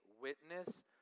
witness